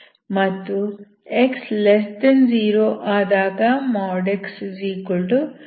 ಮತ್ತು x0 ಆದಾಗ x x ಆಗುತ್ತದೆ